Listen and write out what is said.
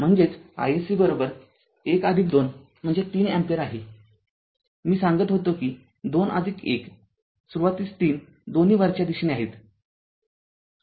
म्हणजेच iSC १२ म्हणजे ३ ampere आहे मी सांगत होतो कि २१ सुरुवातीस ३ दोन्ही वरच्या दिशेने आहेत